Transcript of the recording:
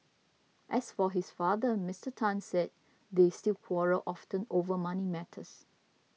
as for his father Mister Tan said they still quarrel often over money matters